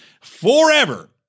forever